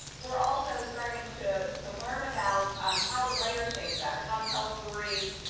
we're also starting to to learn about um how to layer things better, how to tell stories